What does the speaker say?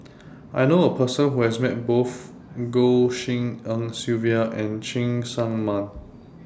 I knew A Person Who has Met Both Goh Tshin En Sylvia and Cheng Tsang Man